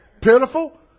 pitiful